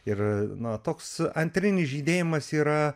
ir na toks antrinis žydėjimas yra